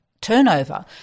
turnover